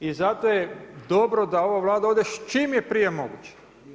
I zato je dobro da ova Vlada ode čim je prije moguće.